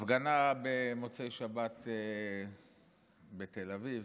בהפגנה במוצאי שבת בתל אביב,